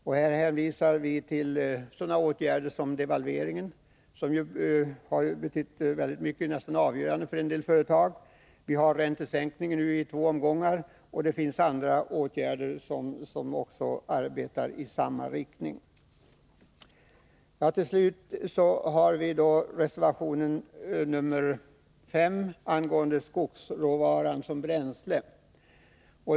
Härvidlag hänvisar vi till sådana åtgärder som devalveringen, som betydde mycket, ja nästan varit avgörande, för en del företag. Vi hänvisar också till räntesänkningarna, som genomförts i två omgångar, och det finns också andra åtgärder som verkar i samma rikting. Jag skall därefter ta upp reservation 5, som handlar om skogsråvaran som bränsle.